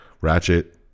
Ratchet